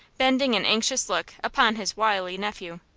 bending an anxious look upon his wily nephew.